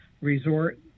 resort